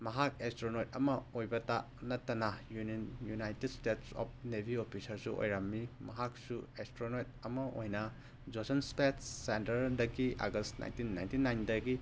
ꯃꯍꯥꯛ ꯑꯦꯁꯇ꯭ꯔꯣꯅꯣꯠ ꯑꯃ ꯑꯣꯏꯕꯇ ꯅꯠꯇꯅ union united states of navy ꯑꯣꯐꯤꯁꯥꯔꯁꯨ ꯑꯣꯏꯔꯝꯃꯤ ꯃꯍꯥꯛꯁꯨ ꯑꯦꯁꯇ꯭ꯔꯅꯣꯠ ꯑꯃ ꯑꯣꯏꯅ ꯖꯣꯟꯁꯟ ꯏꯁꯄꯦꯁ ꯁꯦꯟꯇꯔꯗꯒꯤ ꯑꯥꯒꯁ ꯅꯥꯏꯟꯇꯤꯟ ꯅꯥꯏꯟꯇꯤ ꯅꯥꯏꯟꯗꯒꯤ